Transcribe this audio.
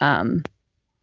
um